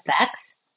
effects